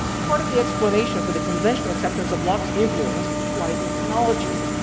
part of the explanation for the conventional acceptance of locke's influence life and chronology.